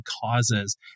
causes